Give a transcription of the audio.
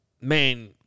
man